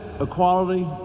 equality